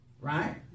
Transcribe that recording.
Right